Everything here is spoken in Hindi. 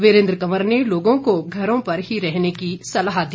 वीरेन्द्र कंवर ने लोगों को घरों पर ही रहने की सलाह दी